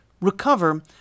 recover